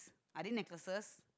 are they necklaces